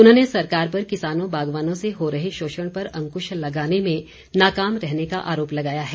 उन्होंने सरकार पर किसानों बागवानों से हो रहे शोषण पर अंकृश लगाने में नाकाम रहने का आरोप लगाया है